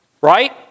Right